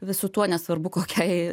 visu tuo nesvarbu kokiai